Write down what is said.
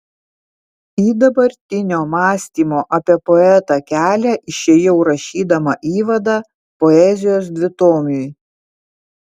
į dabartinio mąstymo apie poetą kelią išėjau rašydama įvadą poezijos dvitomiui